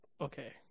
Okay